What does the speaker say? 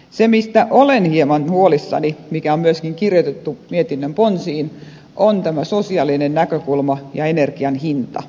se mistä olen hieman huolissani mikä on myöskin kirjoitettu mietinnön ponsiin on tämä sosiaalinen näkökulma ja energian hinta ihmisille